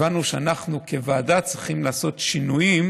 הבנו שאנחנו כוועדה צריכים לעשות שינויים